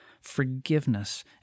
forgiveness